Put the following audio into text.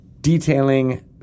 detailing